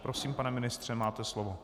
Prosím, pane ministře, máte slovo.